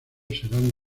serán